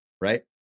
right